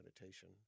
meditation